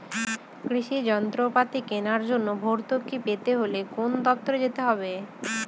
কৃষি যন্ত্রপাতি কেনার জন্য ভর্তুকি পেতে হলে কোন দপ্তরে যেতে হবে?